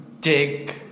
dig